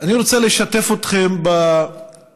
אני רוצה לשתף אתכם בקושי